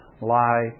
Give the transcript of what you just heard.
lie